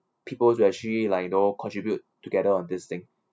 people to actually like you know contribute together on this thing